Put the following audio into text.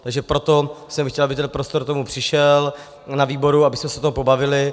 Takže proto jsem chtěl, aby ten prostor k tomu přišel, na výboru abychom se o tom pobavili.